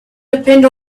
depend